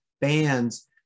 bands